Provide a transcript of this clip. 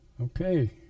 Okay